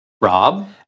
Rob